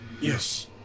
yes